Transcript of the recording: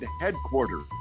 headquarters